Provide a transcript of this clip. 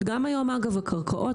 שגם היה ראש רשות ולדעתי גם חבר כנסת,